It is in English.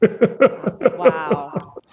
Wow